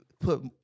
put